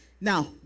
Now